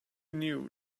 knew